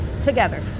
together